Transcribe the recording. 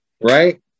Right